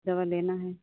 दवा लेना है